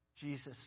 Jesus